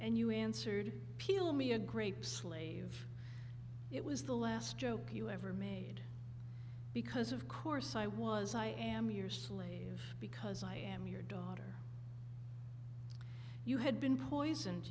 and you answered peel me a grape slave it was the last joke you ever made because of course i was i am your slave because i am your daughter you had been poison